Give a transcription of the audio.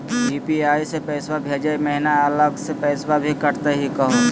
UPI स पैसवा भेजै महिना अलग स पैसवा भी कटतही का हो?